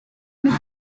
mais